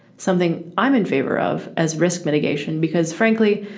something i'm in favor of as risk mitigation, because, frankly,